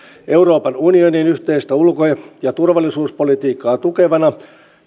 euroopan unionin yhteistä ulko ja ja turvallisuuspolitiikkaa tukevana